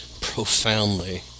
profoundly